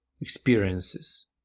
experiences